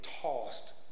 tossed